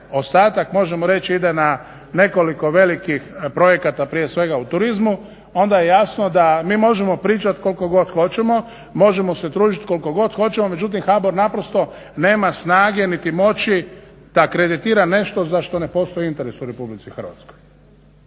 ostatak možemo reći ide na nekoliko velikih projekata prije svega u turizmu onda je jasno da mi možemo pričati koliko god hoćemo, možemo se truditi koliko god hoćemo međutim HBOR naprosto nema snage niti moći da kreditira nešto za što ne postoji interes u RH i to